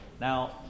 Now